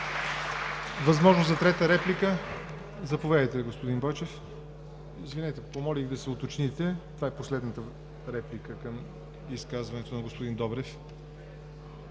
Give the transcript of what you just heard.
Възможност за трета реплика. Заповядайте, господин Бойчев. Извинете, помолих да се уточните. Това е последната реплика към изказването на господин Добрев.